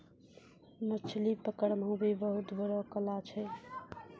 मछली पकड़ना भी बहुत बड़ो कला छै